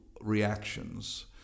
reactions